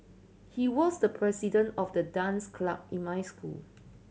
he was the president of the dance club in my school